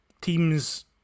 teams